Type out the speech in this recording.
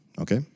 Okay